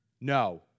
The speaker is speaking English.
no